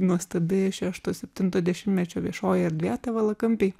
nuostabi šešto septinto dešimtmečio viešoji erdvė ta valakampiai